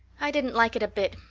i didn't like it a bit.